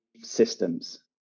systems